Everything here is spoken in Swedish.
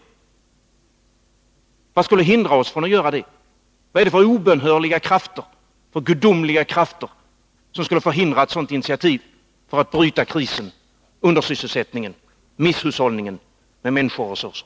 Vad skulle hindra oss från att göra det? Vad är det för obönhörliga, gudomliga krafter som skulle förhindra ett sådant initiativ, som bryter krisen, undersysselsättningen, misshushållningen med människoresurser?